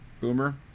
Boomer